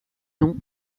nom